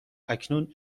اکنون